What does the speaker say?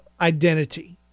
identity